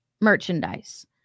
merchandise